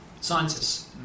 Scientists